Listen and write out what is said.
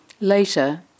Later